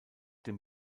dem